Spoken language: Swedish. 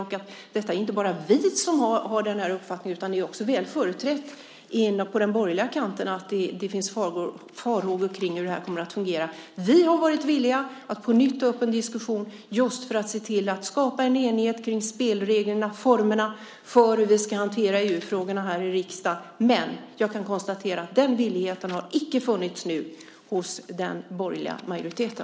Och det är inte bara vi som har denna uppfattning, utan det är också väl företrätt på den borgerliga kanten, och det finns farhågor om hur detta kommer att fungera. Vi har varit villiga att på nytt ta upp en diskussion just för att se till att skapa en enighet om spelreglerna och formerna för hur vi ska hantera EU-frågorna här i riksdagen. Men jag kan konstatera att den villigheten har nu icke funnits hos den borgerliga majoriteten.